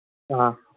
ꯑꯥ